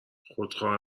خودخواه